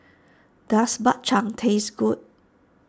does Bak Chang taste good